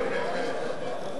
או לא במקרה הם